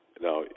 now